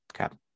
Okay